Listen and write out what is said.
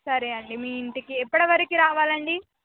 సరే అండి మీ ఇంటికి ఎప్పటి వరకు రావాలండి